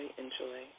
enjoy